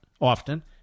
often